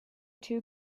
two